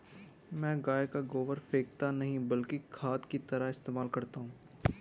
मैं गाय का गोबर फेकता नही बल्कि खाद की तरह इस्तेमाल करता हूं